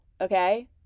okay